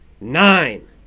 nine